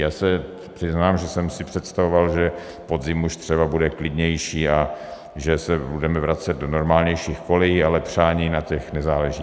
Já se přiznám, že jsem si představoval, že podzim už třeba bude klidnější a že se budeme vracet do normálnějších kolejí, ale přání, na těch nezáleží.